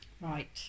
Right